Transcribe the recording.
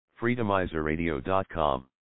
Freedomizerradio.com